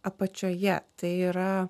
apačioje tai yra